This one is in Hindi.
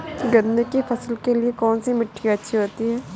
गन्ने की फसल के लिए कौनसी मिट्टी अच्छी होती है?